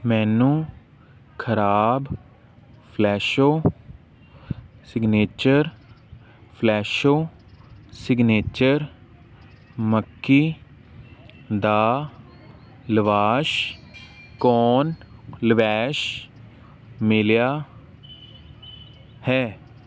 ਮੈਨੂੰ ਖ਼ਰਾਬ Fresho signature Fresho signature ਮੱਕੀ ਦਾ ਲਾਵਾਸ਼ ਕੋਰਨ ਲਾਵਾਸ਼ ਮਿਲਿਆ ਹੈ